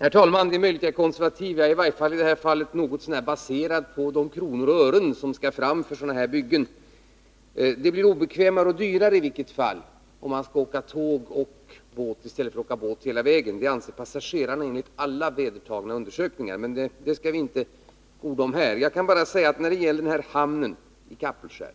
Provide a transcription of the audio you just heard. Herr talman! Det är möjligt att jag är konservativ. I varje fall har jag i detta fall något så när baserat mitt ställningstagande på de kronor och ören som skall fram när det gäller sådana här byggen. Det blir i vilket fall som helst obekvämare och dyrare, om man skall åka tåg och båt i stället för att åka båt hela vägen. Enligt alla gjorda undersökningar anser passagerarna att det förhåller sig så. Men det skall vi inte orda om här. När det gäller hamnen i Kapellskär